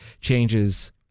changes